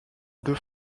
deux